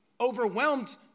overwhelmed